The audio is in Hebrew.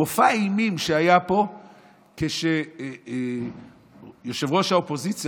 מופע אימים שהיה פה כשראש האופוזיציה,